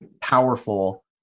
powerful